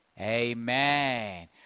amen